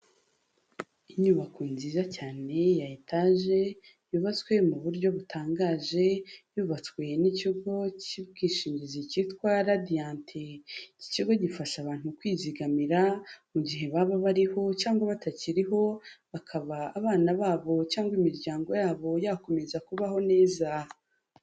Inyubako nziza cyane ya etaje, yubatswe mu buryo butangaje, yubatswe n'ikigo cy'ubwishingizi cyitwa Radiant, iki kigo gifasha abantu kwizigamira, mu gihe baba bariho cyangwa batakiriho, bakaba abana babo cyangwa imiryango yabo yakomeza kubaho neza.